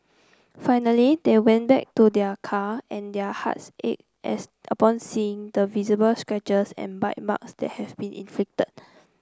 finally they went back to their car and their hearts ached as upon seeing the visible scratches and bite marks that have been inflicted